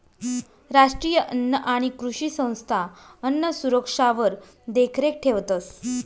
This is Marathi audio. राष्ट्रीय अन्न आणि कृषी संस्था अन्नसुरक्षावर देखरेख ठेवतंस